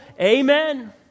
Amen